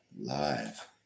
live